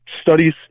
studies